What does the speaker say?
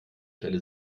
stelle